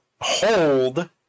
hold